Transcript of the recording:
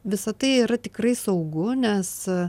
visa tai yra tikrai saugu nes